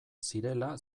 zirela